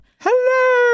Hello